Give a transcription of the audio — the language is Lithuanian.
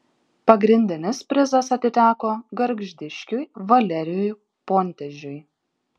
pagrindinis prizas atiteko gargždiškiui valerijui pontežiui